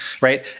right